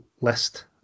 list